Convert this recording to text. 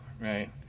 right